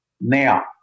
Now